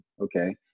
okay